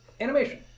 animation